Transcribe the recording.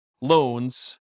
loans